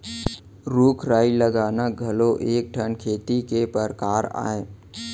रूख राई लगाना घलौ ह एक ठन खेती के परकार अय